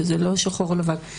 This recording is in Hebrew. וזה לא שחור או לבן.